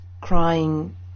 crying